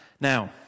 Now